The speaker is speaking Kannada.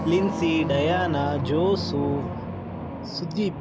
Lincy Diana Jose Sudeep